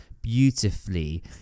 beautifully